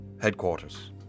headquarters